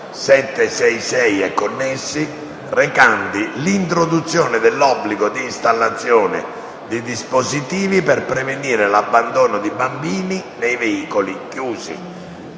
Commissione, che introduce l'obbligo di installazione di dispositivi per prevenire l'abbandono di bambini nei veicoli chiusi.